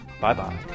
Bye-bye